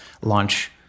launch